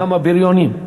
גם הבריונים.